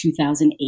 2008